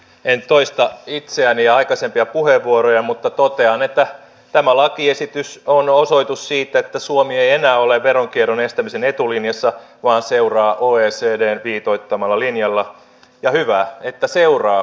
en toista itseäni ja aikaisempia puheenvuoroja mutta totean että tämä lakiesitys on osoitus siitä että suomi ei enää ole veronkierron estämisen etulinjassa vaan seuraa oecdn viitoittamalla linjalla ja hyvä että seuraa